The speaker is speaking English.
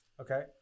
Okay